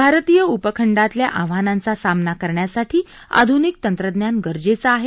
भारतीय उपखंडातल्या आव्हानांचा सामना करण्यासाठी आध्निक तंत्रज्ञान गरजेचं आहे